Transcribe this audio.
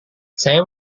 saya